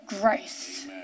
grace